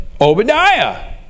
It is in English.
Obadiah